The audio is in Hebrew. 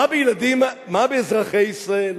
מה באזרחי ישראל?